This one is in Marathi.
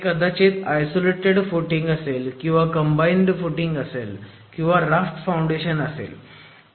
ते कदाचित आयसोलेटेड फुटिंग असेल किंवा कंबाईंड फुटिंग असेल किंवा राफ्ट फाउंडेशन असेल